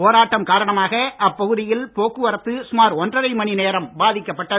போராட்டம் காரணமாக அப்பகுதியில் போக்குவரத்து சுமார் ஒன்றரை மணி நேரம் பாதிக்கப்பட்டது